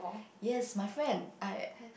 yes my friend